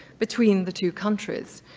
between the two countries.